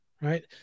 right